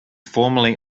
formerly